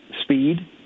speed